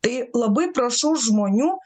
tai labai prašau žmonių